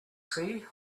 sea